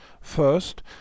First